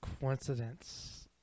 Coincidence